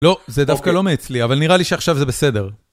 לא, זה דווקא לא מאצלי, אבל נראה לי שעכשיו זה בסדר.